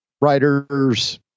writers